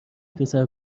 پسر